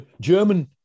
German